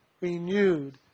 renewed